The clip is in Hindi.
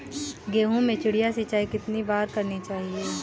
गेहूँ में चिड़िया सिंचाई कितनी बार करनी चाहिए?